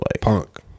Punk